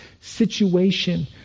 situation